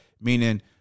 meaning